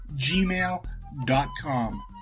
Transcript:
gmail.com